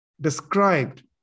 described